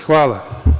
Hvala.